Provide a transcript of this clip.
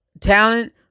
talent